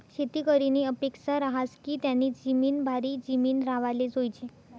शेतकरीनी अपेक्सा रहास की त्यानी जिमीन भारी जिमीन राव्हाले जोयजे